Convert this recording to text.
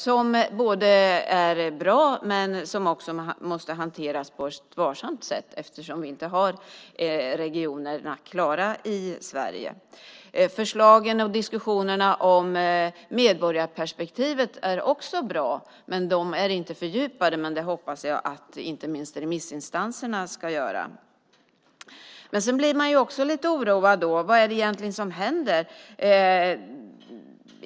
Det är ett bra förslag, men det måste hanteras på ett varsamt sätt eftersom vi inte har regionerna klara i Sverige. Förslagen och diskussionerna om medborgarperspektivet är också bra. De är dock inte fördjupade, men det hoppas jag att inte minst remissinstanserna ska göra. Man blir lite oroad över vad det egentligen är som händer.